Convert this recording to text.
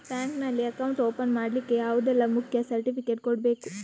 Bank ನಲ್ಲಿ account open ಮಾಡ್ಲಿಕ್ಕೆ ಯಾವುದೆಲ್ಲ ಮುಖ್ಯ ಸರ್ಟಿಫಿಕೇಟ್ ಕೊಡ್ಬೇಕು?